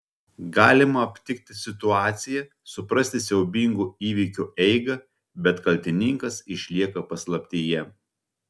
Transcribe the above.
galima aptikti situaciją suprasti siaubingo įvykio eigą bet kaltininkas išlieka paslaptyje